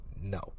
No